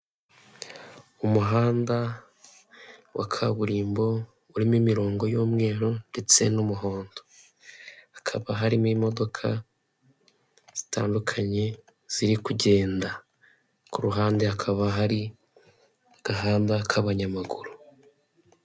By'ibanze wakora mu gihe habayeho gusohoka kwa gaze, mu gihe uri nko mu nzu ushobora gusohoka cyangwa ugakoresha ubundi buryo bwakurinda kugira ngo itaza kukwangiza.